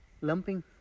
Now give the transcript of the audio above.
Lumping